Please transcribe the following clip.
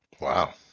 wow